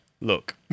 Look